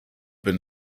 been